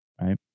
right